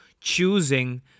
choosing